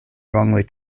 wrongly